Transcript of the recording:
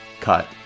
cut